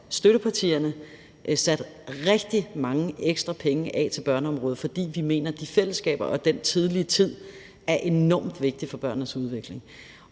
støttepartierne sat rigtig mange ekstra penge af til børneområdet, fordi vi mener, at de fællesskaber og den tidlige tid er enormt vigtig for børnenes udvikling.